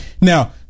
Now